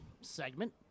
segment